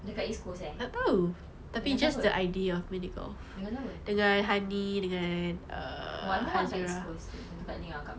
dekat east coast eh dengan siapa dengan siapa oh I know dekat east coast itu hari kakak pergi